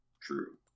true